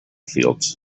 fields